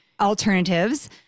alternatives